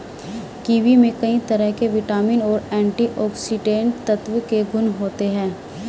kiwi में कई तरह के विटामिन और एंटीऑक्सीडेंट तत्व के गुण होते है